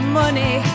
money